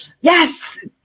Yes